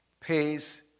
pays